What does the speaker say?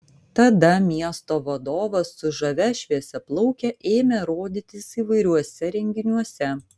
tada miesto vadovas su žavia šviesiaplauke ėmė rodytis įvairiuose renginiuose